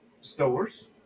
stores